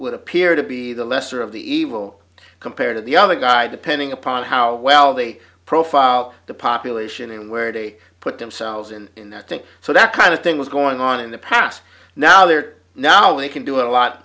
would appear to be the lesser of the evil compared to the other guy depending upon how well they profile the population and where they put themselves in in that thing so that kind of thing was going on in the past now they are now they can do a lot